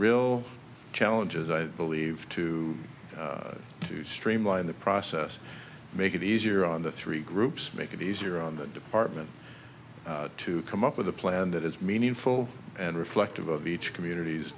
real challenges i believe to to streamline the process make it easier on the three groups make it easier on the department to come up with a plan that is meaningful and reflective of beach communities